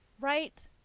Right